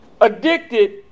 addicted